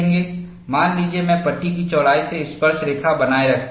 मान लीजिए मैं पट्टी की चौड़ाई से स्पर्शरेखा बनाए रखता हूं